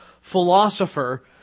philosopher